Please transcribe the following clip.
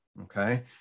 okay